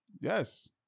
Yes